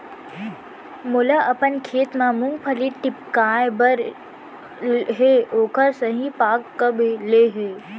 मोला अपन खेत म मूंगफली टिपकाय बर हे ओखर सही पाग कब ले हे?